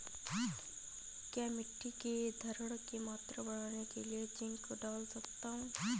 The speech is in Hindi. क्या मिट्टी की धरण की मात्रा बढ़ाने के लिए जिंक डाल सकता हूँ?